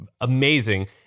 amazing